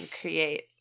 create